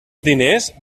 diners